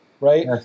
right